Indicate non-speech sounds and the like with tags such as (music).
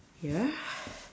ya (breath)